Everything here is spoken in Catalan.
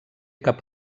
cap